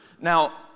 Now